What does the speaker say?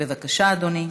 בבקשה, אדוני.